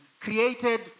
created